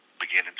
beginning